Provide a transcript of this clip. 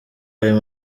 ayo